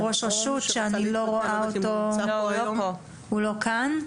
ראש רשות שאני לא רואה אותו, הוא לא כאן.